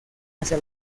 hacia